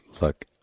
look